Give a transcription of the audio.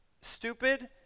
stupid